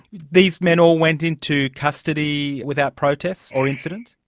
these men all went into custody without protest or incident?